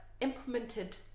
implemented